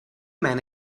men